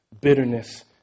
bitterness